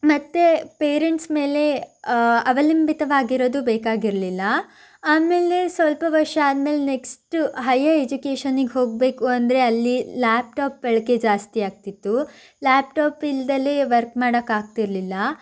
ಮತ್ತು ಪೇರೆಂಟ್ಸ್ ಮೇಲೆ ಅವಲಂಬಿತವಾಗಿರೋದು ಬೇಕಾಗಿರಲಿಲ್ಲ ಆಮೇಲೆ ಸ್ವಲ್ಪ ವರ್ಷ ಆದಮೇಲೆ ನೆಕ್ಸ್ಟು ಹೈಯ ಎಜುಕೇಶನಿಗೆ ಹೋಗಬೇಕೆಂದರೆ ಅಲ್ಲಿ ಲ್ಯಾಪ್ಟಾಪ್ ಬಳಕೆ ಜಾಸ್ತಿ ಆಗ್ತಿತ್ತು ಲ್ಯಾಪ್ಟಾಪ್ ಇಲ್ಲದೇ ವರ್ಕ್ ಮಾಡಕ್ಕಾಗ್ತಿರ್ಲಿಲ್ಲ